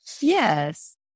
Yes